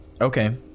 Okay